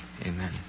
amen